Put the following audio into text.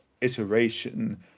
iteration